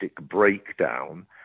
breakdown